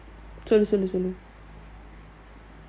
sorry sorry sorry